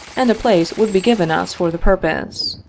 and a place would be given us for the purpose.